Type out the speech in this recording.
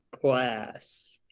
class